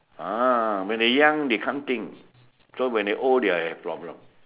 ah when they young they can't think so when they old they all have problem